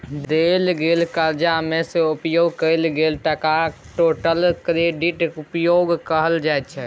देल गेल करजा मे सँ उपयोग कएल गेल टकाकेँ टोटल क्रेडिट उपयोग कहल जाइ छै